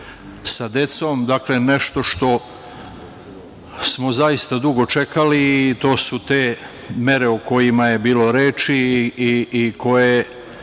sa decom. Dakle, nešto što smo zaista dugo čekali i to su te mere o kojima je bilo reči i koje